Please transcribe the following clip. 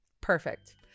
Perfect